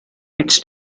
its